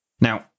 Now